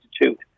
Institute